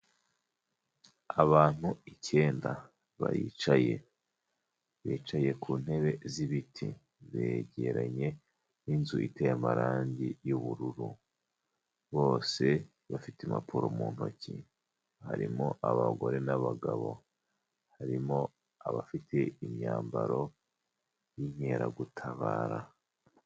Abantu icyenda baricaye, bicaye ku ntebe z'ibiti begeranye n'inzu iteye amarangi y'ubururu, bose bafite impapuro mu ntoki harimo abagore n'abagabo, harimo abafite imyambaro y'inkeragutabara.